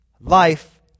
Life